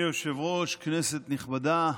אדוני היושב-ראש, כנסת נכבדה,